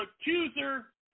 accuser